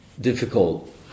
difficult